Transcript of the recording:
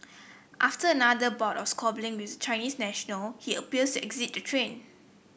after another bout of squabbling with Chinese national he appears exit the train